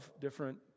different